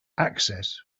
access